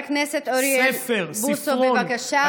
חבר הכנסת אוריאל בוסו, בבקשה.